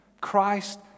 Christ